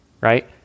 Right